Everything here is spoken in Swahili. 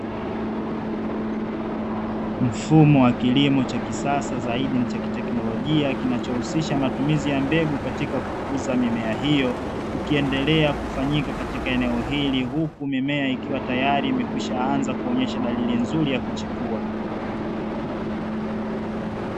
Mfumo wa kilimo cha kisasa zaidi ni cha kiteknolojia kinachohusisha matumizi ya mbegu katika kukuza mimie hiyo, ukiendelea kufanyika katika eneo hili huku mimea ikiwa tayari imekwisha anza kuonyesha dalili nzuri ya kuchipua.